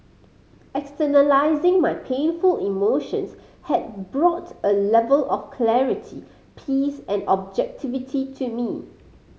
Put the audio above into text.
externalising my painful emotions had brought a level of clarity peace and objectivity to me